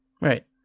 Right